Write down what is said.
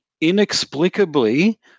inexplicably